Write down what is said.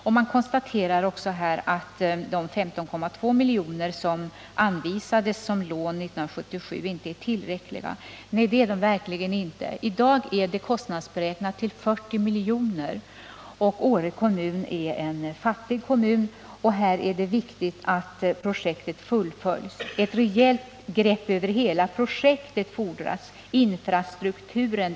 Det konstaterades också att de 15,2 miljoner som anvisades som lån år 1977 inte är tillräckliga. Nej, det är de verkligen inte. I dag är dessa utgifter kostnadsberäknade till 40 miljoner. Åre är en fattig kommun, och det är viktigt att projektet fullföljs i denna del. Det krävs också ett rejält grepp över hela projektet.